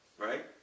right